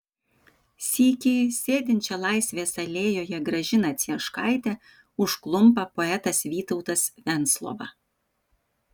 sykį sėdinčią laisvės alėjoje gražiną cieškaitę užklumpa poetas vytautas venclova